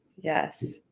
yes